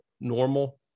normal